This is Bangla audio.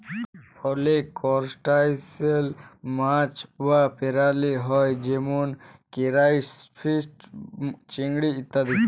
অলেক করসটাশিয়াল মাছ বা পেরালি হ্যয় যেমল কেরাইফিস, চিংড়ি ইত্যাদি